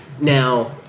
Now